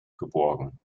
geborgen